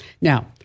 Now